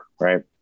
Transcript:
right